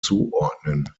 zuordnen